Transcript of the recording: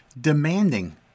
demanding